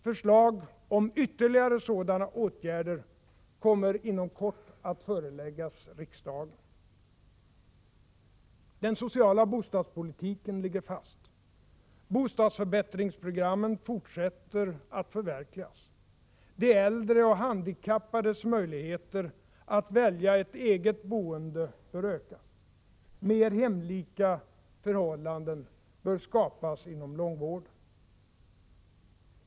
Förslag om ytterligare sådana åtgärder kommer inom kort att föreläggas riksdagen. Den sociala bostadspolitiken ligger fast. Bostadsförbättringsprogrammen fortsätter att förverkligas. De äldres och handikappades möjligheter att välja ett eget boende bör ökas. Mer hemlika förhållanden bör skapas inom långvården.